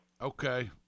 Okay